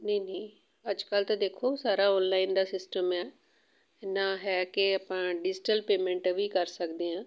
ਨਹੀਂ ਨਹੀਂ ਅੱਜ ਕੱਲ੍ਹ ਤਾਂ ਦੇਖੋ ਸਾਰਾ ਔਨਲਾਈਨ ਦਾ ਸਿਸਟਮ ਆ ਨਾ ਹੈ ਕਿ ਆਪਾਂ ਡਿਜੀਟਲ ਪੇਮੈਂਟ ਵੀ ਕਰ ਸਕਦੇ ਹਾਂ